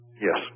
Yes